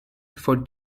for